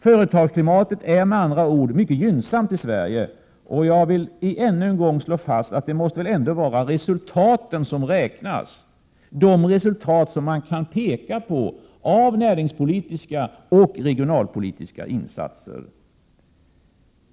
Företagsklimatet är med andra ord mycket gynnsamt i Sverige. Jag vill än en gång slå fast att det ändå måste vara resultaten som räknas, de resultat som 37 man kan peka på av näringspolitiska och regionalpolitiska insatser.